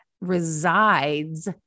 resides